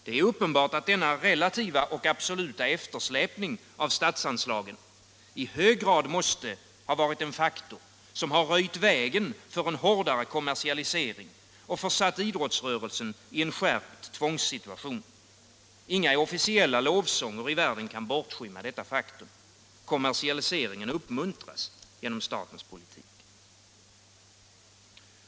Det är uppenbart att denna relativa och absoluta eftersläpning av statsanslagen i hög grad måste ha varit en faktor som har röjt vägen för en hårdare kommersialisering och försatt idrottsrörelsen i en skärpt tvångssituation. Inga officiella lovsånger i världen kan bortskymma detta faktum. Kommersialiseringen uppmuntras genom statens politik.